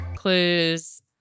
clues